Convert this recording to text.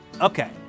Okay